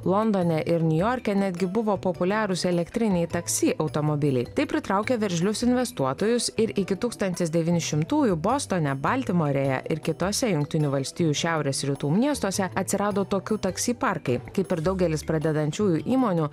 londone ir niujorke netgi buvo populiarūs elektriniai taksi automobiliai tai pritraukė veržlius investuotojus ir iki tūkstantis devyni šimtųjų bostone baltimorėje ir kitose jungtinių valstijų šiaurės rytų miestuose atsirado tokių taksi parkai kaip ir daugelis pradedančiųjų įmonių